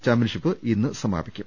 championship ഇന്ന് സമാപിക്കും